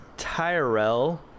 Tyrell